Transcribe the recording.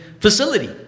facility